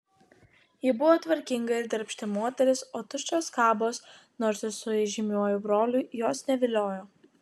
ji buvo tvarkinga ir darbšti moteris o tuščios kabos nors ir su įžymiuoju broliu jos neviliojo